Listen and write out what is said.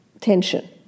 tension